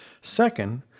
Second